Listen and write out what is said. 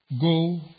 go